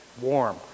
warm